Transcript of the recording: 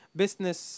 business